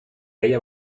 haya